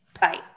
Bye